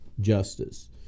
justice